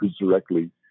directly